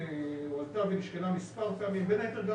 הועלתה ונשקלה מספר פעמים בין היתר גם